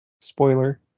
Spoiler